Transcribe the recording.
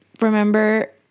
Remember